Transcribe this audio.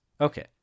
Okay